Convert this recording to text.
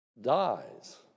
dies